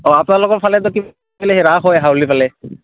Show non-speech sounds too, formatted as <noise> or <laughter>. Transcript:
অঁ আপোনালোকৰ ফালেটো কি <unintelligible> বোলে ৰাস হয় হাউলীৰফালে